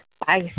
Bye